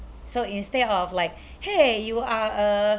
so instead of like !hey! you are a